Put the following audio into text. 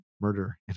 Murder